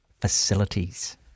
facilities